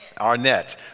Arnett